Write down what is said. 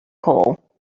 hole